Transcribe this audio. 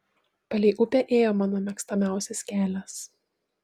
palei upę ėjo mano mėgstamiausias kelias